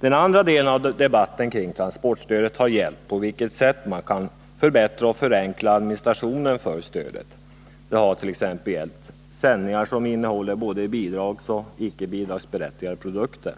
Den andra delen av debatten kring transportstödet har gällt på vilket sätt man kan förbättra och förenkla administrationen för stödet. Det har gällt t.ex. sändningar som innehåller både bidragsberättigade och icke bidragsberättigade produkter.